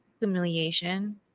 Humiliation